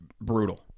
brutal